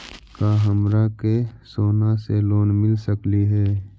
का हमरा के सोना से लोन मिल सकली हे?